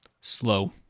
slow